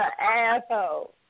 asshole